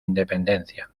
independencia